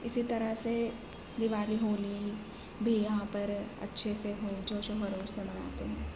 اسی طرح سے دیوالی ہولی بھی یہاں پر اچھے سے ہو جوش و خروش سے مناتے ہیں